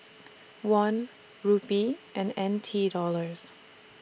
Won Rupee and N T Dollars